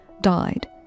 died